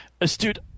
astute